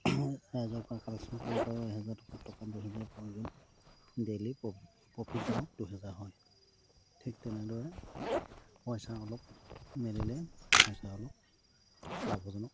ৰাইজৰপৰা collection কৰিব পাৰোঁ এহেজাৰ টকাত টকা দুহেজাৰ পোৱা যায় ডেইলি প্ৰফিটজনক দুহেজাৰ হয় ঠিক তেনেদৰে পইচা অলপ মেলিলে পইচা অলপ লাভজনক